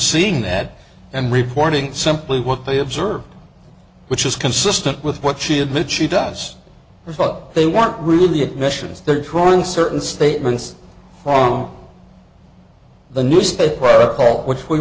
seeing that and reporting simply what they observed which is consistent with what she admits she does but they weren't really admissions they're drawing certain statements from the newspaper